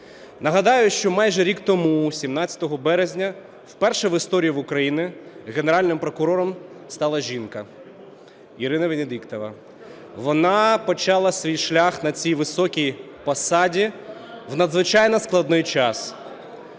Нагадаю, що майже рік тому, 17 березня, вперше в історії України Генеральним прокурором стала жінка – Ірина Венедіктова. Вона почала свій шлях на цій високій посаді у надзвичайно складний час